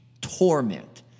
torment